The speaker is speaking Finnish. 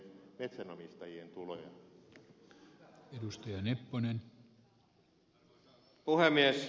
arvoisa puhemies